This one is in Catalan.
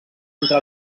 entre